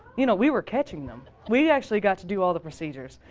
you know we were catching them! we actually got to do all the procedures.